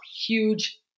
huge